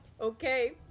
okay